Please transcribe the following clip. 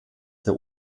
der